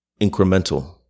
incremental